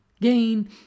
gain